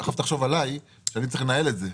עכשיו תחשוב עליי, שאני צריך לנהל את זה.